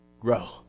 grow